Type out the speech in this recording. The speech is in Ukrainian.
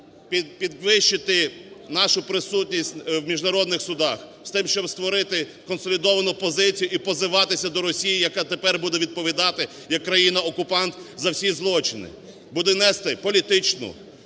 підвищити нашу присутність в міжнародних судах з тим, щоб створити консолідовану позицію і позиватися до Росії, яка тепер буде відповідати як країна-окупант за всі злочини, буде нести політичну,